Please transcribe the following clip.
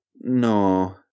No